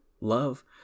Love